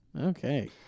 okay